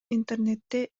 интернетте